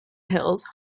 hills